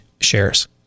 shares